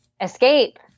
escape